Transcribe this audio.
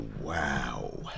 wow